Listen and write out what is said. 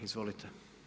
Izvolite.